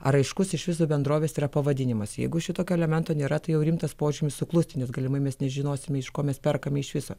ar aiškus iš viso bendrovės yra pavadinimas jeigu šitokio elemento nėra tai jau rimtas požymis suklusti nes galimai mes nežinosime iš ko mes perkame iš viso